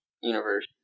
universe